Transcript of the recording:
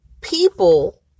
people